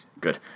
good